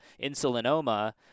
insulinoma